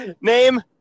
Name